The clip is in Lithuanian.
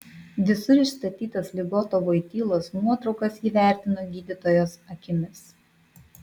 visur išstatytas ligoto voitylos nuotraukas ji vertino gydytojos akimis